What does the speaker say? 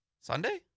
Sunday